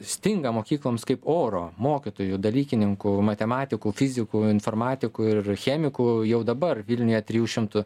stinga mokykloms kaip oro mokytojų dalykininkų matematikų fizikų informatikų ir chemikų jau dabar vilniuje trijų šimtų